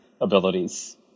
abilities